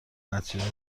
نتیجه